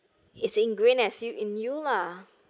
is ingrain as you in you lah